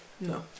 No